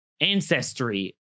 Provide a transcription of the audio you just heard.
ancestry